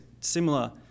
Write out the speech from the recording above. similar